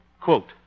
Quote